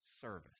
service